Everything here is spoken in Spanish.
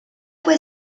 fue